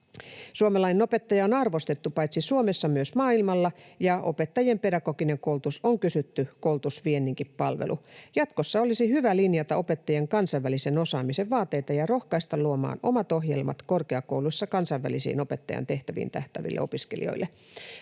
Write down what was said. Suomalainen opettaja on arvostettu paitsi Suomessa myös maailmalla, ja opettajien pedagoginen koulutus on kysytty koulutusvienninkin palvelu. Jatkossa olisi hyvä linjata opettajien kansainvälisen osaamisen vaateita ja rohkaista luomaan omat ohjelmat korkeakouluissa kansainvälisiin opettajan tehtäviin tähtääville opiskelijoille.